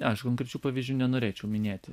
aš konkrečių pavyzdžių nenorėčiau minėti